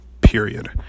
Period